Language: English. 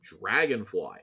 Dragonfly